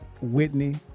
Whitney